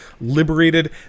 Liberated